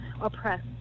oppressed